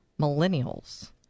millennials